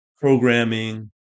programming